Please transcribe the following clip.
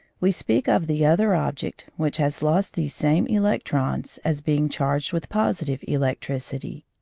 we speak of the other object, which has lost these same electrons, as being charged with positive electricity.